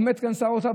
עומד כאן שר האוצר,